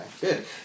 good